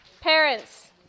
parents